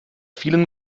vielen